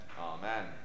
Amen